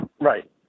Right